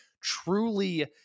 truly